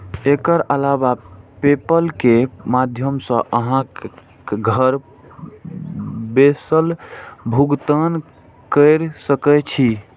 एकर अलावे पेपल के माध्यम सं अहां घर बैसल भुगतान कैर सकै छी